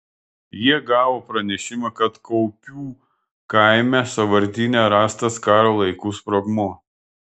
jie gavo pranešimą kad kaupių kaime sąvartyne rastas karo laikų sprogmuo